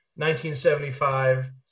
1975